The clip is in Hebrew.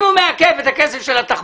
אם הוא מעכב את הכסף של התחבורה,